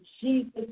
Jesus